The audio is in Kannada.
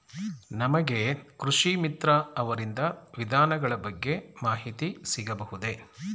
ನಮಗೆ ಕೃಷಿ ಮಿತ್ರ ಅವರಿಂದ ವಿಧಾನಗಳ ಬಗ್ಗೆ ಮಾಹಿತಿ ಸಿಗಬಹುದೇ?